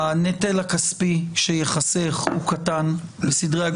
הנטל הכספי שייחסך הוא קטן לסדרי הגודל.